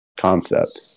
concept